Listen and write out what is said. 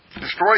destroy